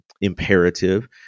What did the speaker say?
imperative